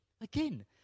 Again